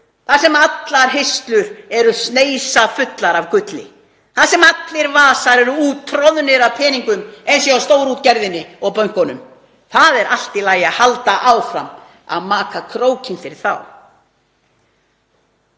þar sem allar hirslur eru sneisafullar af gulli, þar sem allir vasar eru úttroðnir af peningum eins og hjá stórútgerðinni og bönkunum. Það er allt í lagi að halda áfram að maka krókinn fyrir þá.